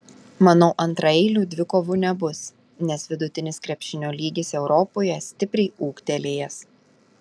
manau antraeilių dvikovų nebus nes vidutinis krepšinio lygis europoje stipriai ūgtelėjęs